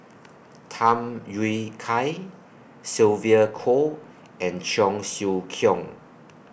Tham Yui Kai Sylvia Kho and Cheong Siew Keong